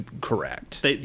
correct